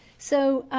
so,